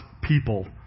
people